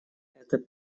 это